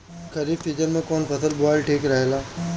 खरीफ़ season में कौन फसल बोअल ठिक रहेला ह?